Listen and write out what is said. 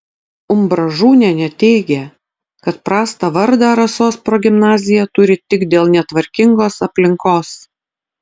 umbražūnienė teigė kad prastą vardą rasos progimnazija turi tik dėl netvarkingos aplinkos